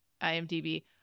imdb